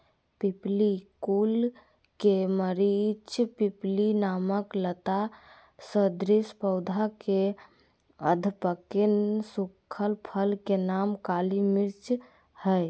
पिप्पली कुल के मरिचपिप्पली नामक लता सदृश पौधा के अधपके सुखल फल के नाम काली मिर्च हई